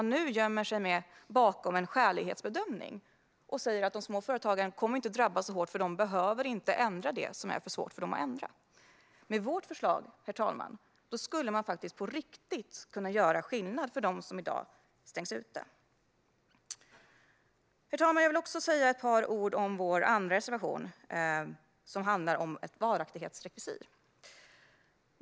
Nu gömmer man sig bakom en skälighetsbedömning, nämligen att de små företagen inte kommer att drabbas så hårt eftersom de inte behöver ändra det som är för svårt att ändra. Med vårt förslag kan man på riktigt göra skillnad för dem som i dag stängs ute. Herr talman! Jag vill också säga ett par ord om vår andra reservation, som handlar om ett varaktighetsrekvisit.